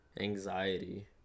anxiety